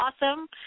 awesome